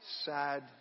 sad